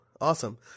Awesome